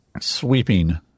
sweeping